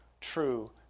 true